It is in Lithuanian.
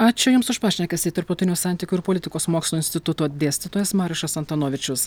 ačiū jums už pašnekesį tarptautinių santykių ir politikos mokslų instituto dėstytojas marijušas antonovičius